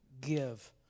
Give